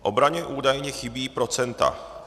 Obraně údajně chybí procenta.